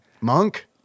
monk